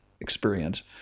experience